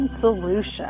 solution